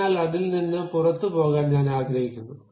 അതിനാൽ അതിൽ നിന്ന് പുറത്തുപോകാൻ ഞാൻ ആഗ്രഹിക്കുന്നു